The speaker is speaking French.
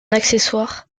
accessoire